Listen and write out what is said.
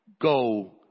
go